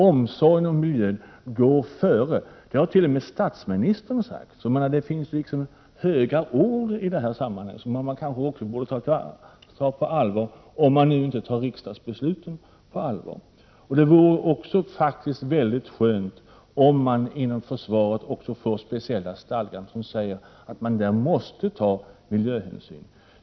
Omsorgen om miljön går före. Det har t.o.m. statsministern sagt. Det finns höga ord i sammanhanget som man borde ta på allvar, om man nu inte tar riksdagsbesluten på allvar. Det vore också mycket skönt om man inom försvaret fick speciella stadgar som sade att man där måste ta miljöhänsyn.